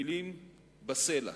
מלים בסלע.